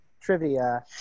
trivia